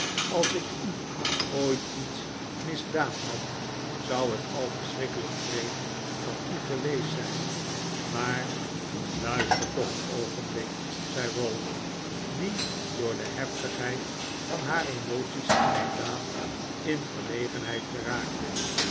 als ik u ooit iets misdaan had zou het al verschrikkelijk wreed van u geweest zijn maar luister toch een oogenblik zei ralph die door de heftigheid van haar emoties inderdaad in verlegenheid geraakte